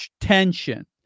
tension